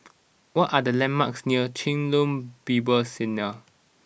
what are the landmarks near Chen Lien Bible Seminary